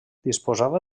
disposava